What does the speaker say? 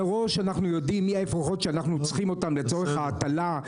מראש אנחנו יודעים מי האפרוחות שאנחנו צריכים אותם לצורך ההטלה,